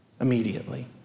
immediately